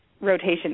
rotation